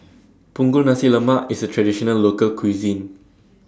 Punggol Nasi Lemak IS A Traditional Local Cuisine